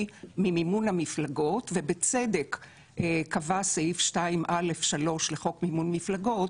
ממימון המפלגות ובצדק קבע סעיף 2(א)(3) לחוק מימון מפלגות